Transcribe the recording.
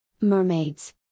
Mermaids